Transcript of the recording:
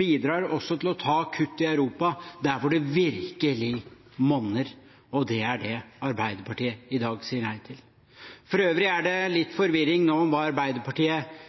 bidrar til også å ta kutt i Europa, der hvor det virkelig monner. Det er det Arbeiderpartiet i dag sier nei til. For øvrig er det nå litt forvirring om hva Arbeiderpartiet